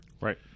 Right